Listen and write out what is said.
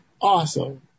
awesome